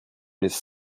his